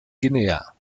guinea